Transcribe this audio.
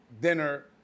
dinner